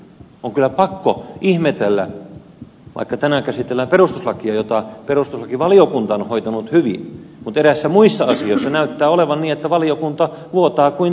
on kyllä pakko ihmetellä että vaikka tänään käsitellään perustuslakia jota perustuslakivaliokunta on hoitanut hyvin eräissä muissa asioissa näyttää olevan niin että valiokunta vuotaa kuin seula